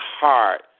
heart